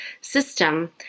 system